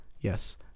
yes